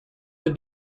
the